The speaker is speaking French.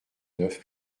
neuf